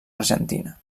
argentina